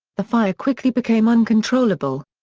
the fire quickly became uncontrollable.